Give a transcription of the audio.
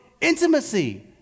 intimacy